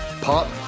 pop